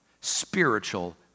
spiritual